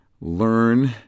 learn